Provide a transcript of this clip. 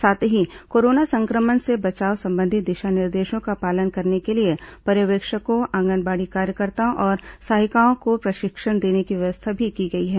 साथ ही कोरोना संक्रमण से बचाव संबंधी दिशा निर्देशों का पालन करने को लिए पर्यवेक्षकों आंगनबाड़ी कार्यकर्ताओं और सहायिकाओं को प्रशिक्षण देने की व्यवस्था भी की गई है